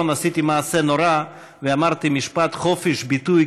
עשיתי מעשה נורא ואמרתי משפט: "חופש ביטוי,